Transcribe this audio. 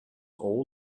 all